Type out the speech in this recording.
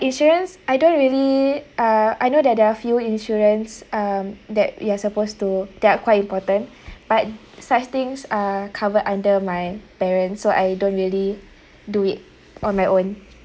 insurance I don't really uh I know that there are a few insurance um that you are supposed to that are quite important but such things are covered under my parents so I don't really do it on my own